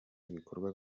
ibikorwa